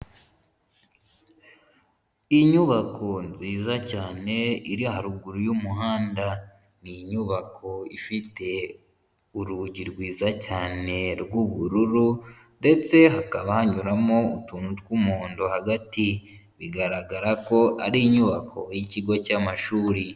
Inyubako nziza cyane iri haruguru yumuhanda. N'inyubako ifite urugi rwiza cyane rw'ubururu, ndetse hakaba hanyuramo utuntu tw'umuhondo hagati. Bigaragara ko ari inyubako y'ikigo cy'amashuri.